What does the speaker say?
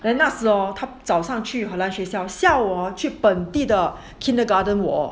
then 那时候他早上去荷兰学校下午去本地的 kindergarten 哦